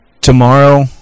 tomorrow